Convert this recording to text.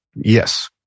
Yes